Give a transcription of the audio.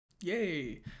yay